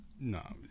No